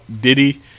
Diddy